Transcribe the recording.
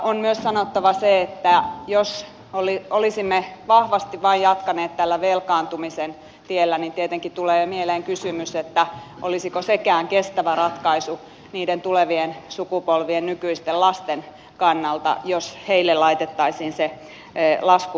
on myös sanottava se että jos olisimme vahvasti vain jatkaneet tällä velkaantumisen tiellä niin tietenkin tulee mieleen kysymys olisiko sekään kestävä ratkaisu niiden tulevien sukupolvien nykyisten lasten kannalta jos heille laitettaisiin se lasku maksettavaksi